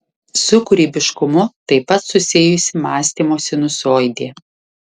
su kūrybiškumu taip pat susijusi mąstymo sinusoidė